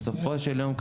כי בסופו של יום,